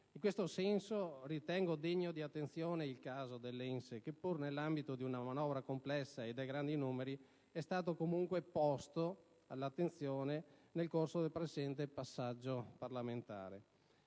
In questo senso, ritengo degno di attenzione il caso dell'ENSE che, pur nell'ambito di una manovra complessa e dei grandi numeri, è stato, comunque, posto all'attenzione nel corso del presente passaggio parlamentare.